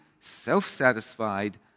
self-satisfied